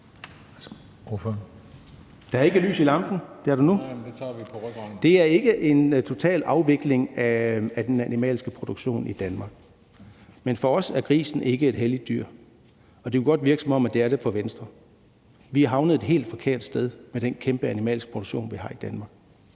Søren Egge Rasmussen (EL): Det er ikke en total afvikling af den animalske produktion i Danmark, men for os er grisen ikke et helligt dyr, men det kunne godt virke, som om den er det for Venstre. Vi er havnet et helt forkert sted med den kæmpe animalske produktion, vi har i Danmark,